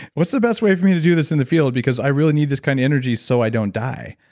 what's the best way for me to do this in the field because i really need this kind of energy so i don't die?